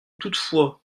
toutefois